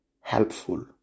helpful